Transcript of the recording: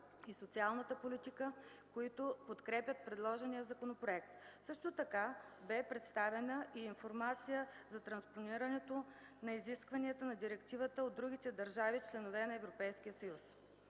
и социалната политика, които подкрепят предложения законопроект. Също така бе предоставена и информация за транспонирането на изискванията на директивата от другите държави – членки на Европейския съюз.